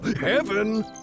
Heaven